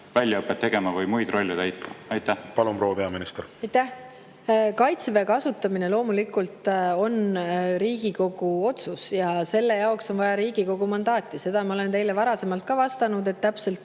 väljaõpet tegema või muid rolle täitma? Palun, proua peaminister! Palun, proua peaminister! Aitäh! Kaitseväe kasutamine loomulikult on Riigikogu otsus, selle jaoks on vaja Riigikogu mandaati. Seda ma olen teile varasemalt ka vastanud, et täpselt